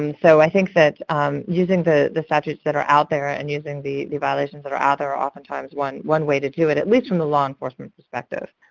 um so i think using the the statutes that are out there and using the the evaluations that are out there are oftentimes one one way to do it, at least from the law enforcement perspective.